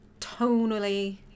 tonally